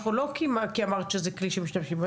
אנחנו לא כי אמרת שזה כלי שמשתמשים בו,